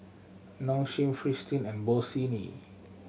Nong Shim Fristine and Bossini